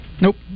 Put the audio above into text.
Nope